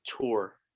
tour